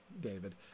David